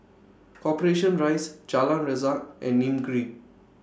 Corporation Rise Jalan Resak and Nim Green